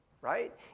right